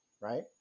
Right